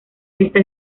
esta